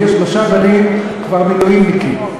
לי יש שלושה בנים כבר מילואימניקים,